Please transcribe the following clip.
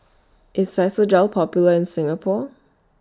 IS Physiogel Popular in Singapore